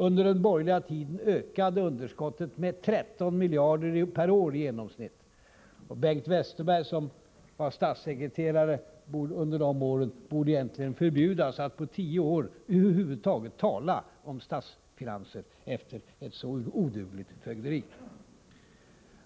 Under den borgerliga tiden ökade underskottet med i genomsnitt 13 miljarder per år. Bengt Westerberg, som var statssekreterare under de åren, borde egentligen förbjudas att på tio år över huvud taget tala om statsfinanser, efter ett så odugligt fögderi.